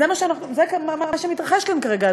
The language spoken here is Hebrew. זה מה שמתרחש כאן כרגע,